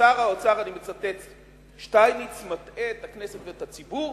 ששר האוצר שטייניץ מטעה את הכנסת ואת הציבור